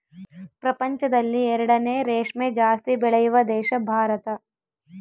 ಪ್ರಪಂಚದಲ್ಲಿ ಎರಡನೇ ರೇಷ್ಮೆ ಜಾಸ್ತಿ ಬೆಳೆಯುವ ದೇಶ ಭಾರತ